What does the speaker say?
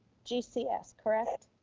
gcs, correct?